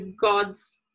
God's